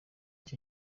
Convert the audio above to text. cyo